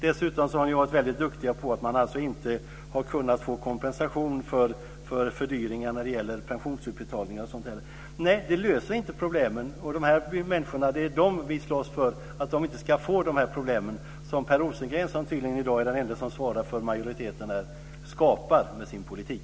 Dessutom har man varit väldigt duktig när det gäller att inte ge kompensation för fördyringar när det gäller pensionsutbetalningar etc. Nej, det här löser inte problemen! Vi slåss för att dessa människor inte ska få de problem som Per Rosengren, som tydligen är den ende som i dag svarar för majoriteten här, skapar med sin politik.